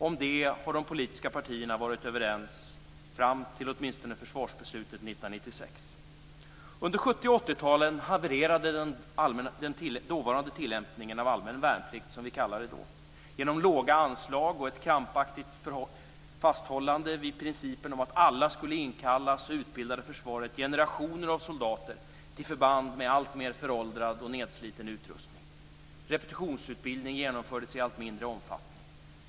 Om det har de politiska partierna varit överens, åtminstone fram till försvarsbeslutet Under 70 och 80-talen havererade den dåvarande tillämpningen av allmän värnplikt, som vi kallade det då. Genom låga anslag och ett krampaktigt fasthållande vid principen att alla skulle inkallas utbildade försvaret generationer av soldater till förband med alltmer föråldrad och nedsliten utrustning. Repetitionsutbildning genomfördes i allt mindre omfattning.